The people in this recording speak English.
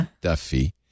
Duffy